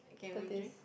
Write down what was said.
that is